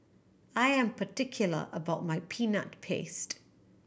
I am particular about my Peanut Paste